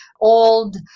old